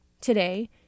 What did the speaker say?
Today